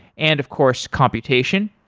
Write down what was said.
and of course, computation.